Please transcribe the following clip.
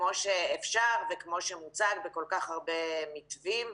כמו שאפשר וכמו שמוצג בכל כך הרבה מתווים.